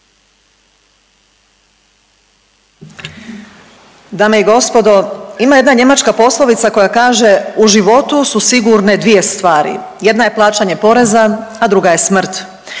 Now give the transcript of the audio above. Dame i gospodo, ima jedna njemačka poslovica koja kaže u životu su sigurne dvije stvari, jedna je plaćanje poreza, a druga je smrt.